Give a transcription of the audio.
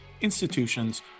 institutions